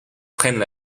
prennent